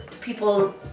people